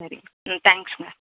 சரிங்க ம் தேங்க்ஸுங்க